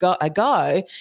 ago